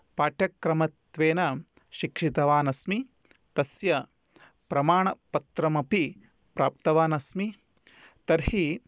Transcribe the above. पाठ्यक्रमत्वेन शिक्षितवानस्मि तस्य प्रमाणपत्रमपि प्राप्तवानस्मि तर्हि